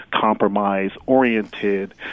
compromise-oriented